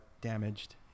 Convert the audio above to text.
damaged